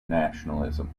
nationalism